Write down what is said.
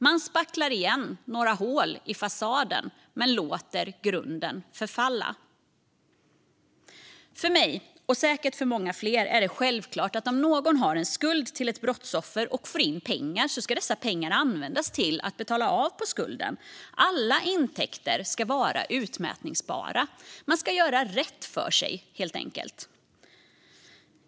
Man spacklar igen några hål i fasaden men låter grunden förfalla. För mig, och säkert för många fler, är det självklart att om någon som har en skuld till ett brottsoffer får in pengar ska dessa pengar användas till att betala av på skulden. Alla intäkter ska vara utmätbara. Man ska helt enkelt göra rätt för sig.